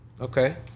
okay